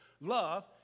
love